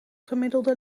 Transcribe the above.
gemiddelde